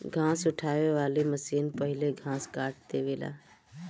घास उठावे वाली मशीन पहिले घास काट देवेला